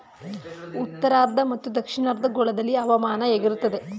ಉತ್ತರಾರ್ಧ ಮತ್ತು ದಕ್ಷಿಣಾರ್ಧ ಗೋಳದಲ್ಲಿ ಹವಾಮಾನ ಹೇಗಿರುತ್ತದೆ?